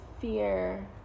fear